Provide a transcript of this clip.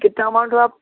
کتنا اماؤنٹ ہوا آپ